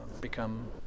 become